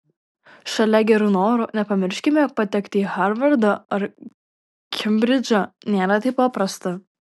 šalia gerų norų nepamirškime jog patekti į harvardą ar kembridžą nėra taip paprasta